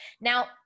Now